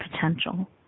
potential